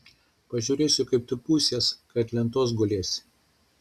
pažiūrėsiu kaip tu pūsies kai ant lentos gulėsi